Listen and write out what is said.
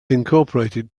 incorporated